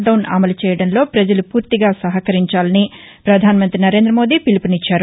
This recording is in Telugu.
డౌన్ అమలు చేయడంలో పజలు పూర్తిగా సహకరించాలని పధాన మంతి నరేంద్ర మోదీ పీలుపునిచ్చారు